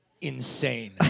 insane